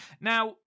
Now